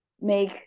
make